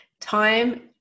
Time